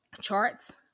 charts